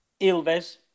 Ilves